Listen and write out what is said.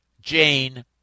Jane